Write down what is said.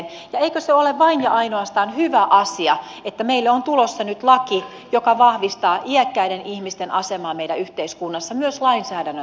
ja eikö se ole vain ja ainoastaan hyvä asia että meille on tulossa nyt laki joka vahvistaa iäkkäiden ihmisten asemaa meidän yhteiskunnassamme myös lainsäädännön